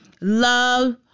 love